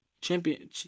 Champion